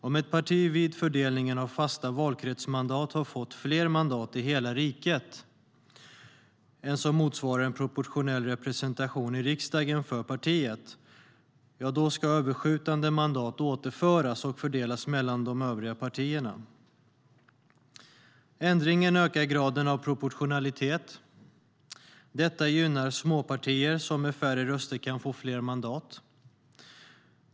Om ett parti vid fördelningen av fasta valkretsmandat har fått fler mandat i hela riket än vad som motsvarar en proportionell representation i riksdagen för partiet ska överskjutande mandat återföras och fördelas mellan de övriga partierna. Ändringen ökar graden av proportionalitet. Detta gynnar småpartier, som med färre röster kan få fler mandat.